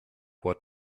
what